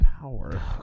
power